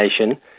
nation